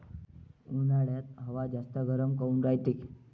उन्हाळ्यात हवा जास्त गरम काऊन रायते?